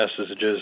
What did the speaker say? messages